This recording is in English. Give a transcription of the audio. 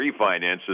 refinances